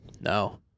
No